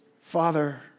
Father